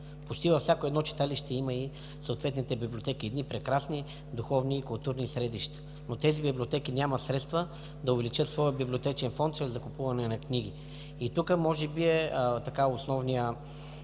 Почти във всяко едно читалище има и съответните библиотеки – едни прекрасни, духовни и културни средища. Тези библиотеки нямат средства да увеличат своя библиотечен фонд чрез закупуване на книги. Тук, може би е основният